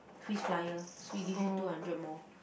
Kris flyer so it give you two hundred more